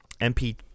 mp